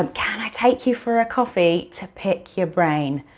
and can i take you for a coffee to pick your brain?